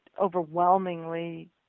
overwhelmingly